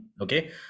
okay